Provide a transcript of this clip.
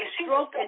stroke